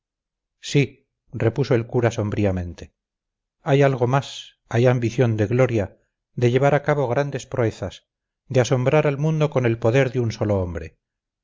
sí repuso el cura sombríamente hay algo más hay ambición de gloria de llevar a cabo grandes proezas de asombrar al mundo con el poder de un solo hombre